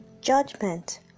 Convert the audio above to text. Judgment